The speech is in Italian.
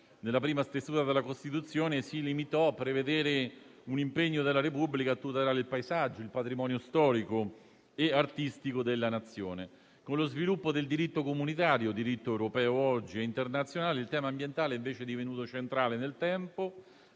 nella prima stesura della Costituzione, si limitò quindi a prevedere un impegno della Repubblica a tutela del paesaggio, del patrimonio storico e artistico della Nazione. Con lo sviluppo del diritto comunitario, diritto europeo oggi, e internazionale, il tema ambientale è invece divenuto nel tempo